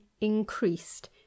increased